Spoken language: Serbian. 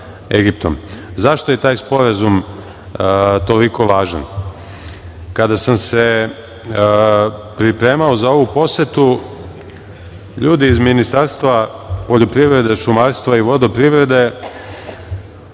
Egiptom.Zašto je taj sporazum toliko važan? Kada sam se pripremao za ovu posetu ljudi iz Ministarstva poljoprivrede, šumarstva i vodoprivrede